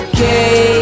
Okay